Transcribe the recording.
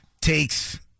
takes